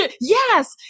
yes